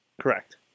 Correct